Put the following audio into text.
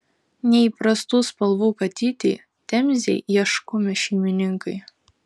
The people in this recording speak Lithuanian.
neįprastų spalvų katytei temzei ieškomi šeimininkai